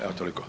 Evo, toliko.